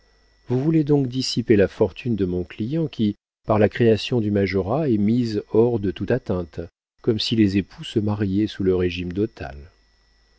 vous voulez donc dissiper la fortune de mon client qui par la création du majorat est mise hors de toute atteinte comme si les époux se mariaient sous le régime dotal